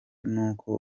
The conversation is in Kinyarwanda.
n’uko